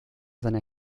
seine